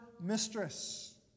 mistress